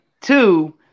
two